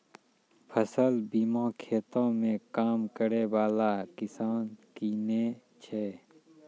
फसल बीमा खेतो मे काम करै बाला किसान किनै छै